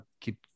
keep